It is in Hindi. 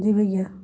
जी भैया